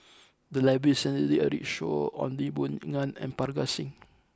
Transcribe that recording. the library recently did a roadshow on Lee Boon Ngan and Parga Singh